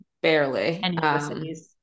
barely